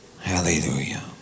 Hallelujah